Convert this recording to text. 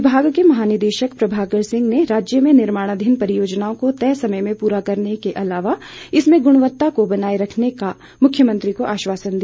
विभाग के महानिदेशक प्रभाकर सिंह ने राज्य में निर्माणाधीन परियोजनाओं को तय समय में पूरा करने के अलावा इनमें गुणवत्ता को बनाए रखने का मुख्यमंत्री को आश्वासन दिया